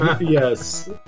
yes